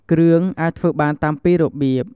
គ្រឿងអាចធ្វើបានតាមពីររបៀប។